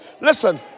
Listen